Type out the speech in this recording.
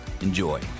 Enjoy